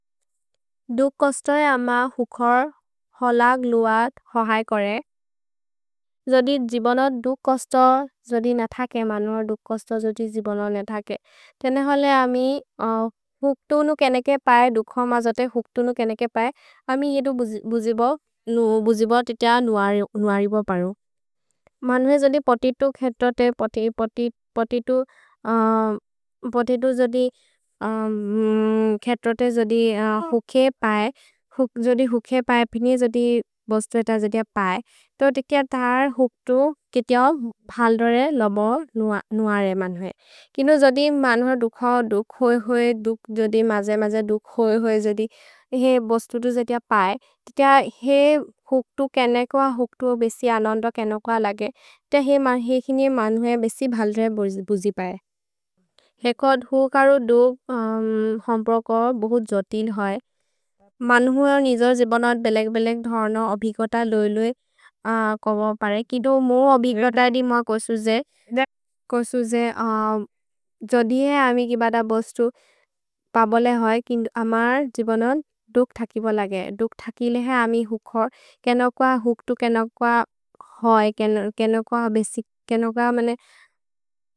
दुक् कस्त अम हुखर् हलग् लुअत् हहय् करे। जोदि जिबन दुक् कस्त जोदि न थके, मनुअ दुक् कस्त जोदि जिबन न थके। तेने हले अमि हुक्तु नु केनेके पये, दुख मजते हुक्तु नु केनेके पये। अमि जेदु बुजिबो तित नुअरिबो परु। मनुए जोदि पतितु खेतोते पतितु पतितु पतितु जोदि खेतोते जोदि हुखे पये, जोदि हुखे पये पिनि जोदि बोस्तेत जोदि पये, तो तित दर् हुक्तु कित फल्दरे लबो नुअरे मनुए। किनो जोदि मनुअ दुख दुख् होय् होय् दुक् जोदि मज मज दुख् होय् होय् जोदि हेइ बोस्तु तु जतेअ पये, तित हेइ हुक्तु केनेकेव हुक्तु बसि अनन्द केनेकेव लगे, त हेइ किने मनुए बसि फल्दरे बुजिबये। हेकोद् हुखरु दुक् हम्प्रको बहुत् जतिल् होय्, मनुअ निजोर् जिबन बेलेग्-बेलेग् धर्न अभिगत लोइलुए कम परे, किदो मोर् अभिगत दि म कोसु जे, कोसु जे जोदि हेइ अमि कि बद बोस्तु पबोले होय्, किन्दो अमर् जिबन दुक् थकिब लगे, दुक् थकि ले हेइ अमि हुखरु, केनेकेव हुक्तु केनेकेव होय्, केनेकेव बसि, केनेकेव मने धर्न होय् हुक्तु, केनेकेव धर्न लगे हेकि नित एमन्, तित हेइ हुक्तु हुखर् जुन्तो तेस्त् होय्, हेइ तेस्तु बुजिबये मनुए।